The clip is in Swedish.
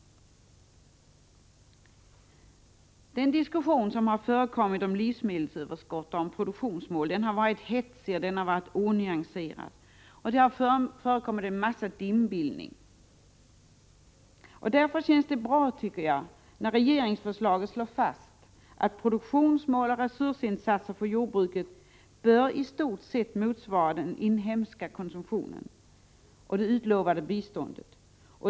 Den diskussion som har förekommit om livsmedelsöverskott och produktionsmål har varit hetsig och onyanserad, och det har förekommit en massa dimbildning. Därför känns det bra, tycker jag, när regeringsförslaget slår fast att produktionsmål och resursinsatser till jordbruket i stort sett bör motsvara den inhemska konsumtionen och det utlovade biståndet.